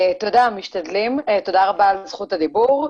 כמובן שאנחנו צריכים לטפל ולעקוב.